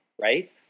right